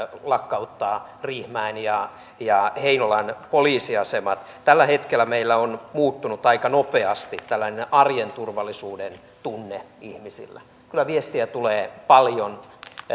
lakkauttaa riihimäen ja ja heinolan poliisiasemat tällä hetkellä meillä on muuttunut aika nopeasti tällainen arjen turvallisuuden tunne ihmisillä kyllä viestiä tulee paljon